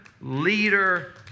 leader